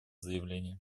заявление